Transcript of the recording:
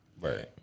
Right